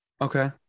Okay